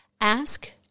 Ask